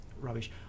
rubbish